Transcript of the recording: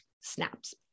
snaps